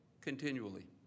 continually